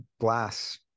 glass